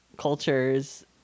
Cultures